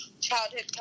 childhood